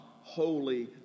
holy